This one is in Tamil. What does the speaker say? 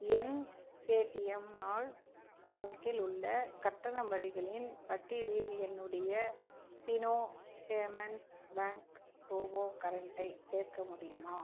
என் பேடீஎம் மால் கணக்கில் உள்ள கட்டண முறைகளின் பட்டியலில் என்னுடைய ஃபினோ பேமெண்ட்ஸ் பேங்க் ரூபோ கரண்ட்டை சேர்க்க முடியுமா